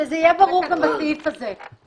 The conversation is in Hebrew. שיהיה ברור גם בסעיף הזה.